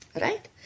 Right